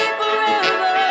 forever